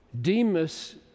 Demas